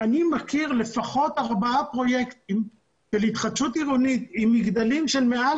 אני מכיר לפחות ארבעה פרויקטים של התחדשות עירונית עם מגדלים של מעל